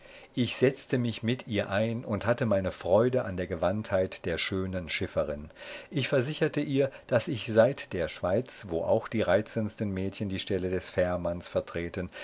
ich setzte mich mit ihr ein und hatte meine freude an der gewandtheit der schönen schifferin ich versicherte ihr daß ich seit der schweiz wo auch die reizendsten mädchen die stelle des fährmanns vertreten